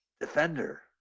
Defender